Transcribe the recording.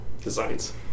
designs